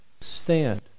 stand